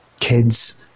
kids